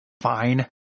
fine